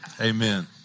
amen